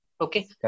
Okay